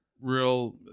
real